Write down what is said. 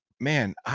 man